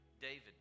David